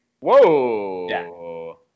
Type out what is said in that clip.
Whoa